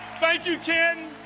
thank you canton.